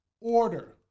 order